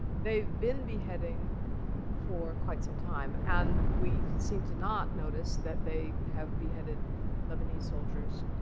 they've been beheading for quite some time. and we seem to not notice that they have beheaded lebanese soldiers,